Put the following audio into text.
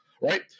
right